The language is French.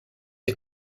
est